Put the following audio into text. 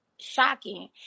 shocking